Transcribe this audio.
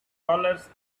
dollars